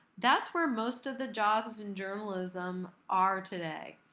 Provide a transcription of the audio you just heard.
that's where most of the jobs in journalism are today,